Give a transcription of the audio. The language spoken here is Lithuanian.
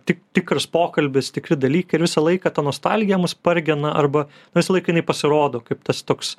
tik tikras pokalbis tikri dalykai ir visą laiką ta nostalgija mus pargina arba na visą laiką jinai pasirodo kaip tas toks